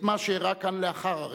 את מה שאירע כאן לאחר הרצח.